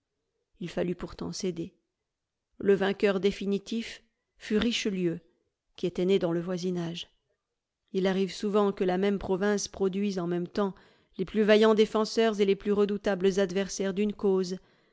il fallut pourtant céder le vainqueur définitif fut richelieu qui était né dans le voisinage il arrive souvent que la même province produise en même temps les plus vaillants défenseurs et les plus redoutables adversaires d'une cause